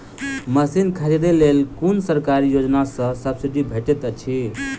Machine खरीदे लेल कुन सरकारी योजना सऽ सब्सिडी भेटैत अछि?